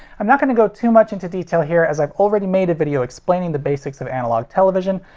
i'm not going to go too much into detail here, as i've already made a video explaining the basics of analog television,